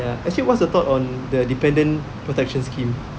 ya actually what's your thought on the dependent protection scheme